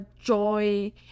joy